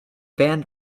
band